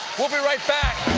we'll be right back